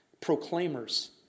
Proclaimers